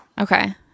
Okay